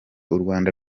urwanda